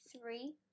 three